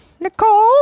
Nicole